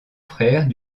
frère